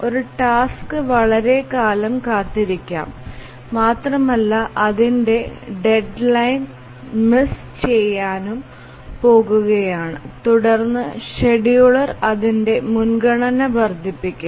ഒരു ടാസ്ക് വളരെക്കാലം കാത്തിരിക്കാം മാത്രമല്ല അതിന്റെ ഡെഡ്ലൈൻ മിസ്സ് ചെയാനും പോകുകയാണ് തുടർന്ന് ഷെഡ്യൂളർ അതിന്റെ മുൻഗണന വർദ്ധിപ്പിക്കും